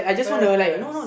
quiet as